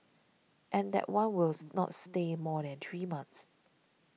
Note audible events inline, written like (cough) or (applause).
and that one will (noise) not stay more than three months